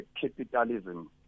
capitalism